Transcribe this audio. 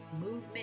movement